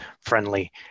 friendly